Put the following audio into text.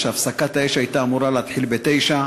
הפסקת האש הייתה אמורה להתחיל ב-09:00,